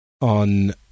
on